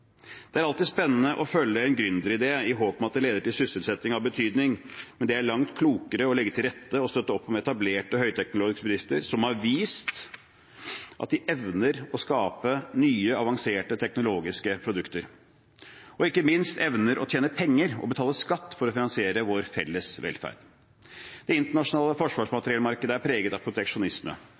Det er alltid spennende å følge en gründeridé i håp om at det leder til sysselsetting av betydning, men det er langt klokere å legge til rette for og støtte opp om etablerte høyteknologiske bedrifter som har vist at de evner å skape nye, avanserte teknologiske produkter – og ikke minst evner å tjene penger og betale skatt for å finansiere vår felles velferd. Det internasjonale forsvarsmateriellmarkedet er preget av proteksjonisme.